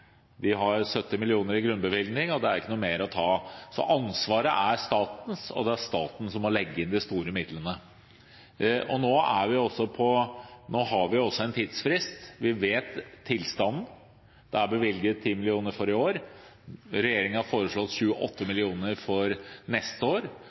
har 70 mill. kr i grunnbevilgning, og det er ikke noe mer å ta av. Så ansvaret er statens, og det er staten som må legge inn de store midlene. Nå har vi også en tidsfrist. Vi vet tilstanden. Det er bevilget 10 mill. kr for i år. Regjeringen har foreslått 28 mill. kr for neste år.